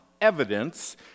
evidence